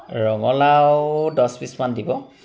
ৰঙালাউ দহ পিচমান দিব